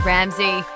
Ramsey